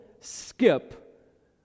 skip